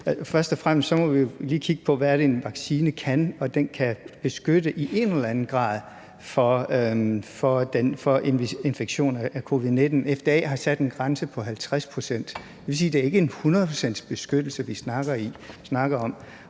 Først og fremmest må vi lige kigge på, hvad det er, en vaccine kan. Den kan i en eller anden grad beskytte mod infektion af covid-19. FDA har sat en grænse på 50 pct., og det vil sige, at det ikke er en 100-procentsbeskyttelse, vi snakker om.